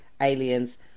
aliens